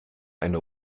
eine